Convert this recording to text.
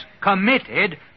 committed